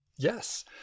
Yes